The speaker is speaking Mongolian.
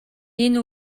энэ